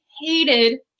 hated